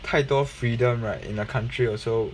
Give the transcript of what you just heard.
太多 freedom right in a country also